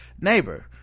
neighbor